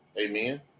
Amen